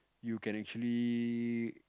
you can actually